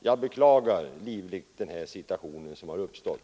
Jag beklagar livligt den situation som har uppstått.